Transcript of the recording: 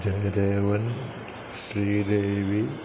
जयदेवः श्रीदेवी